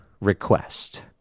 request